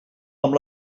amb